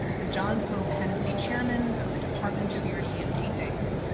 the john pope-hennessy chairman of the department of european paintings,